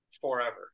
forever